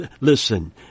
Listen